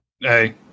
Hey